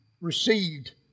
received